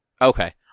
Okay